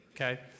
okay